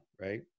right